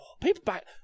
paperback